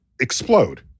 explode